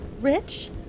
Rich